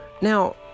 Now